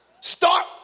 Start